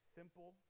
simple